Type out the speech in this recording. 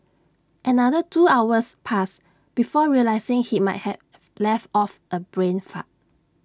another two hours passed before realising he might have let off A brain fart